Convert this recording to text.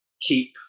keep